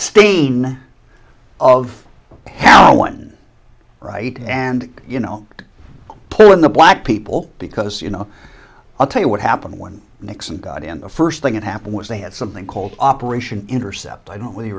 stain of heroin right and you know pull in the black people because you know i'll tell you what happened when nixon got in the first thing that happened was they had something called operation intercept i don't really